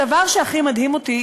הדבר שהכי מדהים אותי,